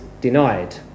denied